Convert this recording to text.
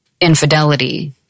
infidelity